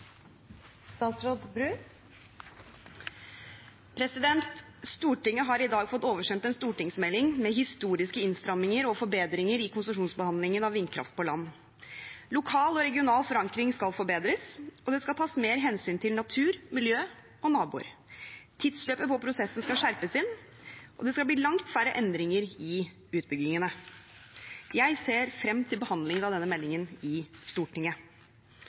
Stortinget har i dag fått oversendt en stortingsmelding med historiske innstramminger og forbedringer i konsesjonsbehandlingen av vindkraft på land. Lokal og regional forankring skal forbedres, og det skal tas mer hensyn til natur, miljø og naboer. Tidsløpet på prosessen skal skjerpes inn, og det skal bli langt færre endringer i utbyggingene. Jeg ser frem til behandlingen av denne meldingen i Stortinget.